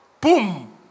Boom